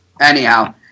Anyhow